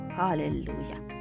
hallelujah